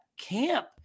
camp